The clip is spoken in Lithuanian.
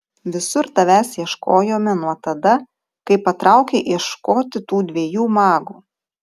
visur tavęs ieškojome nuo tada kai patraukei ieškoti tų dviejų magų